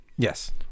Yes